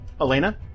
Elena